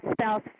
spouse